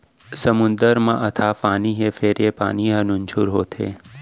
समुद्दर म अथाह पानी हे फेर ए पानी ह नुनझुर होथे